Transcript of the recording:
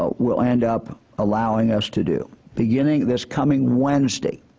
ah will end up allowing us to do. beginning this coming wednesday,